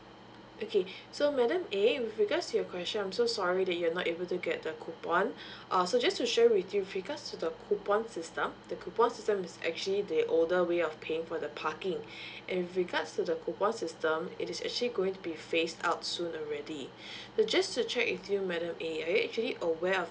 okay so madam a with regards to your question I'm so sorry that you're not able to get the coupon uh so just to share with you with regards to the coupon system the coupon system is actually the older way of paying for the parking and with regards to the coupon system it is actually going to be phased out soon already so just to check with you madam a are you actually aware of